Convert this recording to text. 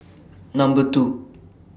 Number two